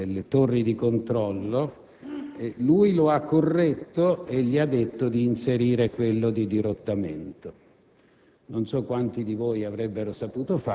verso le torri di controllo e lui lo ha corretto dicendogli di inserire quello di dirottamento.